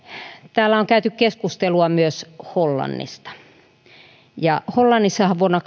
täällä on käyty keskustelua myös hollannista hollannissahan vuonna